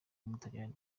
w’umutaliyani